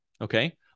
okay